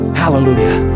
hallelujah